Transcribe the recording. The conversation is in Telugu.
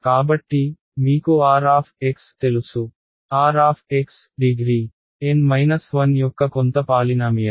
కాబట్టి మీకు r తెలుసు r డిగ్రీ N 1 యొక్క కొంత పాలినామియల్